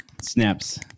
Snaps